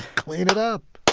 clean it up